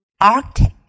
Arctic